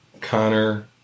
Connor